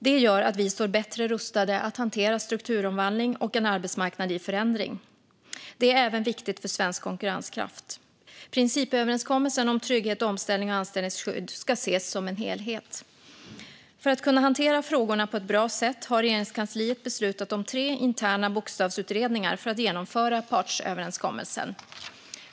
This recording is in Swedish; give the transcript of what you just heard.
Det gör att vi står bättre rustade att hantera strukturomvandling och en arbetsmarknad i förändring. Det är även viktigt för svensk konkurrenskraft. Principöverenskommelsen om trygghet, omställning och anställningsskydd ska ses som en helhet. För att kunna hantera frågorna på ett bra sätt har Regeringskansliet beslutat om tre interna bokstavsutredningar för att genomföra partsöverenskommelsen.